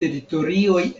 teritorioj